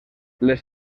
les